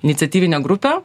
iniciatyvinę grupę